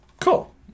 Cool